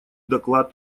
доклад